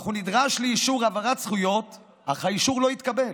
אך הוא נדרש לאישור העברת זכויות והאישור לא התקבל,